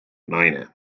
naine